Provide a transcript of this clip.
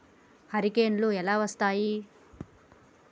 హరికేన్లు ఎలా వస్తాయి?